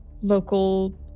local